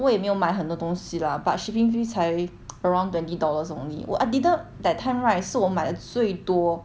我也没有买很多东西 lah but shipping fee 才 around twenty dollars only 我 I didn't that time right 是我买的最多